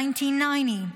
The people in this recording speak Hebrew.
1990,